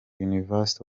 university